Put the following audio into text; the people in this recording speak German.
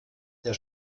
der